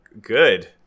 good